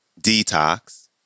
Detox